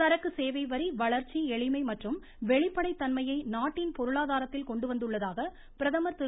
சரக்கு சேவைவரி வளர்ச்சி எளிமை மற்றும் வெளிப்படைத்தன்மையை நாட்டின் பொருளாதாரத்தில் கொண்டுவந்துள்ளதாக பிரதமர் திரு